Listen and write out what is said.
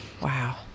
Wow